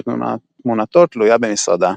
ותמונתו תלויה במשרדה.